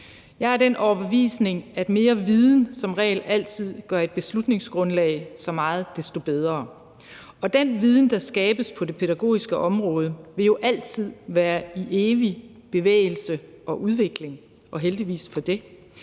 Jeg er af den overbevisning, at mere viden som regel altid gør et beslutningsgrundlag så meget desto bedre. Den viden, der skabes på det pædagogiske område, vil jo altid være i evig bevægelse og udvikling, og heldigvis for det.